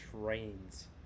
trains